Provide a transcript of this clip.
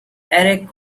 eric